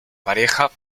pareja